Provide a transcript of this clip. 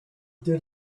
did